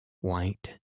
white